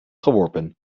geworpen